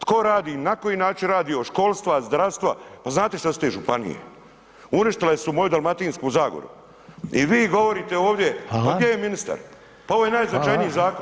Tko radi, na koji način radi od školstva, zdravstva, pa znate šta su te županije, uništile su moju Dalmatinsku zagoru i vi govorite ovdje [[Upadica: Hvala.]] a gdje je ministar, pa ovo je najznačajniji zakon.